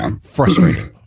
frustrating